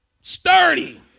sturdy